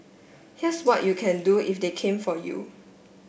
here's what you can do if they came for you